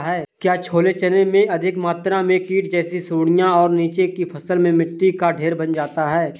क्या छोले चने में अधिक मात्रा में कीट जैसी सुड़ियां और नीचे की फसल में मिट्टी का ढेर बन जाता है?